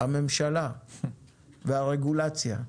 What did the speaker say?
הממשלה והרגולציה.